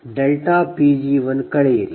Pg1 ಕಳೆಯಿರಿ